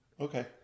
Okay